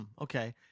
okay